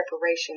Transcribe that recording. preparation